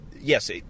Yes